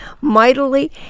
mightily